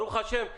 ברוך השם,